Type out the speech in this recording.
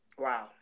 Wow